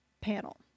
panel